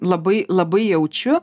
labai labai jaučiu